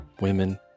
women